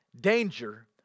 danger